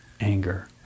anger